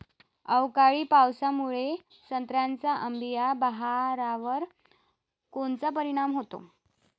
अवकाळी पावसामुळे संत्र्याच्या अंबीया बहारावर कोनचा परिणाम होतो?